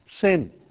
sin